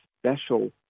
special